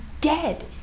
dead